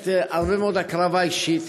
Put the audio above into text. מחייבת הרבה מאוד הקרבה אישית.